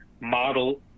model